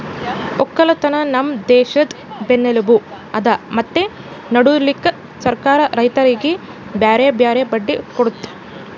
ಒಕ್ಕಲತನ ನಮ್ ದೇಶದ್ ಬೆನ್ನೆಲುಬು ಅದಾ ಮತ್ತೆ ನಡುಸ್ಲುಕ್ ಸರ್ಕಾರ ರೈತರಿಗಿ ಬ್ಯಾರೆ ಬ್ಯಾರೆ ಬಡ್ಡಿ ಕೊಡ್ತುದ್